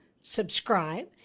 subscribe